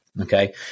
Okay